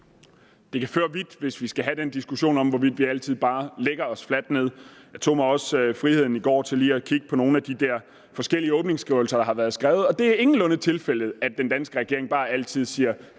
Det kan føre vidt, hvis vi skal have den diskussion om, hvorvidt vi altid bare lægger os fladt ned. Jeg tog mig også i går friheden til lige at kigge på nogle af de der forskellige åbningsskrivelser, der har været skrevet, og det er ingenlunde tilfældet, at den danske regering bare altid siger,